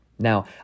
Now